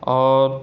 اور